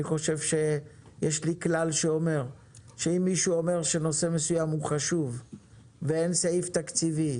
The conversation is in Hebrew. יש לי כלל שאומר שאם מישהו אומר שנושא מסוים הוא חשוב ואין סעיף תקציבי,